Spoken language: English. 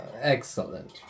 excellent